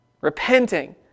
repenting